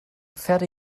pferde